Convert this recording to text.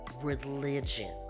religion